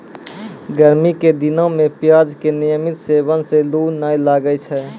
गर्मी के दिनों मॅ प्याज के नियमित सेवन सॅ लू नाय लागै छै